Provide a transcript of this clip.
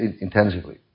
intensively